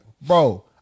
bro